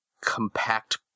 compact